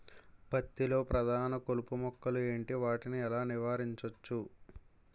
పత్తి లో ప్రధాన కలుపు మొక్కలు ఎంటి? వాటిని ఎలా నీవారించచ్చు?